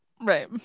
Right